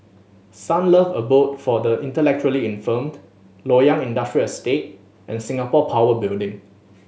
Sunlove Abode for the Intellectually Infirmed Loyang Industrial Estate and Singapore Power Building